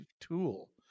Tool